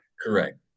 correct